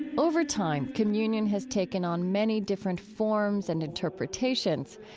over time communion has taken on many different forms and interpretations.